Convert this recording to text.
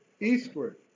eastward